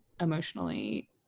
Emotionally